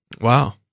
Wow